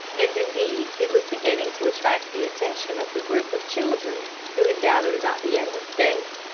and, indeed, it was beginning to attract the attention of the group of children who had gathered about the edwards gate.